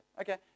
Okay